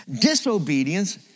Disobedience